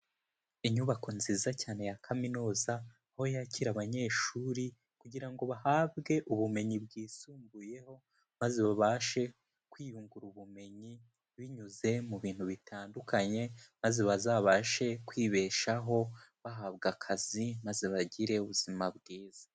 Inyubako nziza cyane ya kaminuza, aho yakira abanyeshuri, kugira ngo bahabwe ubumenyi bwisumbuyeho maze babashe kwiyungura ubumenyi binyuze mu bintu bitandukanye, maze bazabashe kwibeshaho bahabwa akazi, maze bagire ubuzima bwiza.